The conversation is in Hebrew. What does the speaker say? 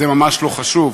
זה ממש לא חשוב,